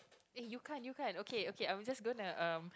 eh you can't you can't okay okay I'm just gonna um